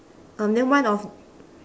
um then one of